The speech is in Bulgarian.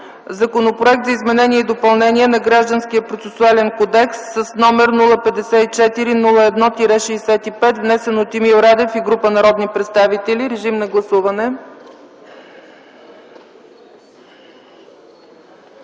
Законопроект за изменение и допълнение на Гражданския процесуален кодекс, № 054-01-65, внесен от Емил Радев и група народни представители. Гласували